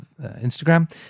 Instagram